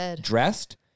dressed